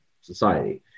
society